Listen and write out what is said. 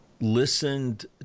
listened